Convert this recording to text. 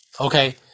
okay